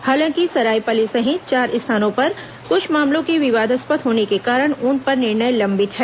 हालांकि सरायपाली सहित चार स्थानों पर कृछ मामलों के विवादास्पद होने के कारण उन पर निर्णय लंबित है